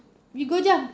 you go jump